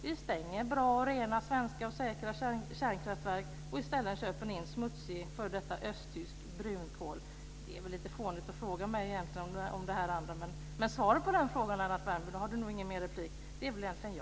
Vi stänger bra, rena och säkra svenska kärnkraftverk och köper i stället in smutsig f.d. östtysk brunkol. Det är väl egentligen lite fånigt att fråga mig om det andra. Men svaret på den frågan, Lennart Värmby - han har nog ingen mer replik - är väl egentligen ja.